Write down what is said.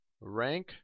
rank